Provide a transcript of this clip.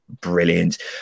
brilliant